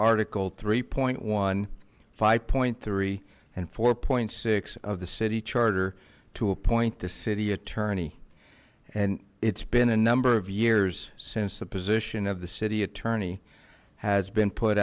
article three point one five point three and four six of the city charter to appoint the city attorney and it's been a number of years since the position of the city attorney has been put